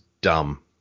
dumb